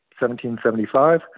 1775